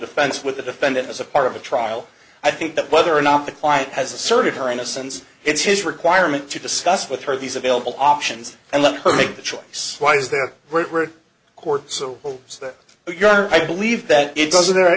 offense with the defendant as a part of a trial i think that whether or not the client has asserted her innocence it's his requirement to discuss with her these available options and let her make the choice why is there were court so hopes that you are i believe that it doesn't hurt